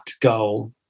goal